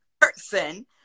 person